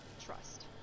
trust